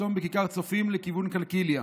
מחסום בכיכר הצופים לכיוון קלקיליה,